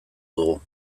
dugu